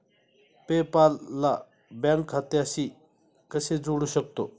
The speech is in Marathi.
पे पाल ला बँक खात्याशी कसे जोडू शकतो?